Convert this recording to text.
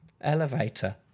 elevator